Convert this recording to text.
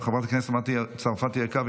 חברת הכנסת מטי צרפתי הרכבי,